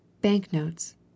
Banknotes